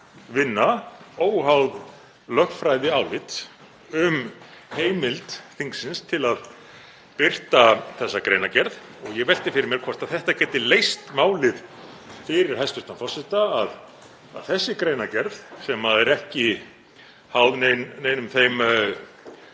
vinna óháð lögfræðiálit um heimild þingsins til að birta þessa greinargerð og ég velti fyrir mér hvort þetta geti leyst málið fyrir hæstv. forseta, hvort þessi greinargerð, sem er ekki háð neinum þeim